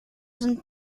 sind